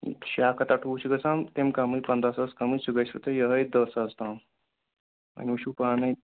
شےٚ اَکھ ہَتھ اٹھووُہ چھُ گژھان تَمہِ کمٕے پنٛداہ ساس کمٕے سُہ گژھِوٕ تۄہہِ یِہوٚے دَہ ساس تام وۄنۍ وٕچھُو پانَے